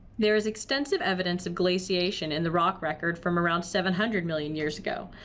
there is extensive evidence of glaciation in the rock record from around seven hundred million years ago.